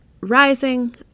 rising